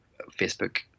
Facebook